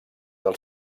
del